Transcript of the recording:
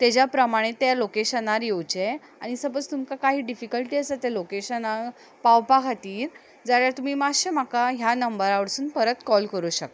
तेज्या प्रमाणें त्या लोकेशनार येवचें आनी सपोज तुमकां कांय डिफिक्लटी आसा त्या लोकेशना पावपा खातीर जाल्यार तुमी मातशे म्हाका ह्या नंबरा वरसून परत कॉल करूं शकता